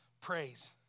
praise